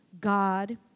God